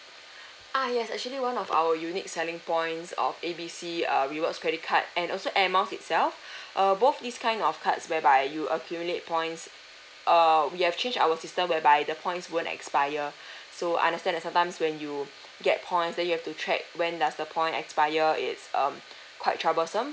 ah yes actually one of our unique selling points of A B C uh rewards credit card and also air miles itself err both these kind of cards whereby you accumulate points err we have change our system whereby the points won't expire so understand that sometimes when you get points then you have to track when does the point expire it's um quite troublesome